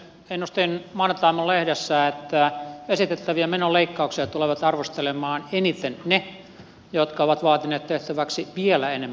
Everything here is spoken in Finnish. ennustin maanantaiaamun lehdessä että esitettäviä menoleikkauksia tulevat arvostelemaan eniten ne jotka ovat vaatineet tehtäväksi vielä enemmän menoleikkauksia